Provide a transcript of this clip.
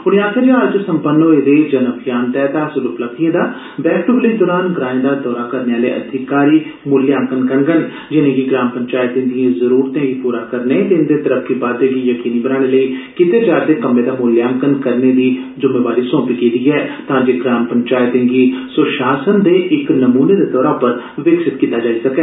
उने आक्खेआ जे हाल च संपन्न होए दे जनअभियान तैह्त हासल उपलब्धिएं दा बैक दू विलेज दरान ग्राएं दा दौरा करने आले अधिकारी मूलांकन करगंन जिनेंगी ग्राम पंचैते दिए जरूरते गी पूरा करने ते इंदे तरक्की बाददें गी जकीनी बनाने लेई कीते जा'रदे कम्में दा मूल्याकन कम्में दी जुम्मेवारी सोंपी गेदी ऐ तां जे ग्राम पंचैतें गी स्वशासन दे इक नमूने दे तौरा पर विकसित कीता जाई सकै